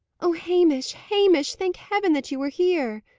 oh, hamish, hamish! thank heaven that you are here!